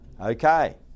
Okay